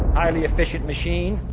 highly efficient machine.